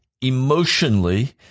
emotionally